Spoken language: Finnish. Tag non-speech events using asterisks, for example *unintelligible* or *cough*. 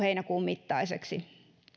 *unintelligible* heinäkuun mittaiseksi